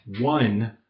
one